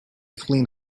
clean